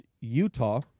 Utah